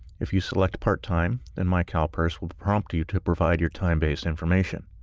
if you select part-time, then mycalpers will prompt you to provide your time base information.